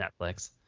Netflix